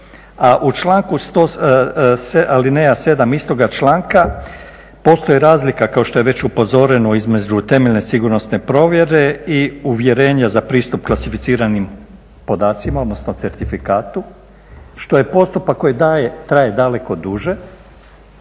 A alineja 7. istoga članka postoji razlika kao što je već upozoreno između temeljne sigurnosne provjere i uvjerenja za pristup klasificiranim podacima, odnosno certifikatu što je postupak koji traje daleko duže.